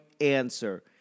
answer